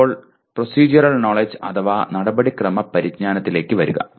ഇപ്പോൾ procedural knowledge അഥവാ നടപടിക്രമ പരിജ്ഞാനത്തിലേക്ക് വരിക